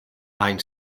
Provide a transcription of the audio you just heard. hain